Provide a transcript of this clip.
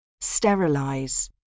Sterilize